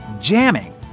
jamming